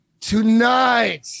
Tonight